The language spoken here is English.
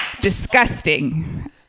disgusting